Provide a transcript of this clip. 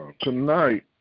Tonight